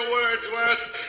Wordsworth